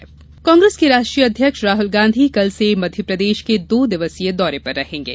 राहुल गांधी दौरा कांग्रेस के राष्ट्रीय अध्यक्ष राहुल गांधी कल से मध्यप्रदेश के दो दिवसीय दौरे पर रहेंगे